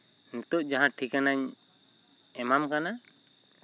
ᱱᱤᱛᱚᱜ ᱡᱟᱦᱟᱸ ᱴᱷᱤᱠᱟᱱᱟᱧ ᱮᱢᱟᱢ ᱠᱟᱱᱟ